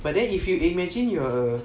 but then if you imagine you are a